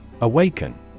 Awaken